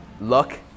luck